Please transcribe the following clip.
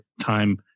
time